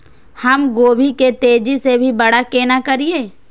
हम गोभी के तेजी से बड़ा केना करिए?